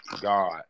God